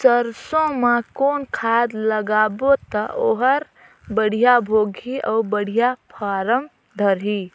सरसो मा कौन खाद लगाबो ता ओहार बेडिया भोगही अउ बेडिया फारम धारही?